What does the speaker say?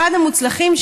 אחד המוצלחים,